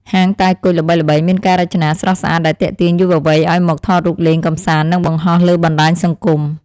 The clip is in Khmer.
ហាងតែគុជល្បីៗមានការរចនាស្រស់ស្អាតដែលទាក់ទាញយុវវ័យឱ្យមកថតរូបលេងកម្សាន្តនិងបង្ហោះលើបណ្តាញសង្គម។